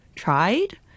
tried